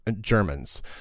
Germans